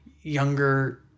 younger